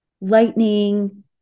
lightning